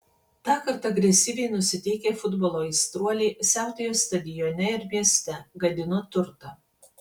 tąkart agresyviai nusiteikę futbolo aistruoliai siautėjo stadione ir mieste gadino turtą